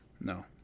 No